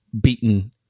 beaten